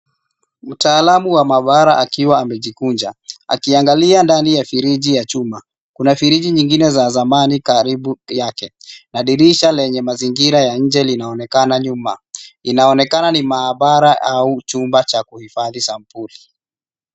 Mtaalamu wa maabara akiwa amejikunja, akiangalia ndani ya friji za chuma, kuna friji nyingine za zamani karibu yake, na dirisha lenye mazingira ya nje linaonekana nyuma. Inaonekana ni maabara, au chumba cha kuhifadhi sampuli.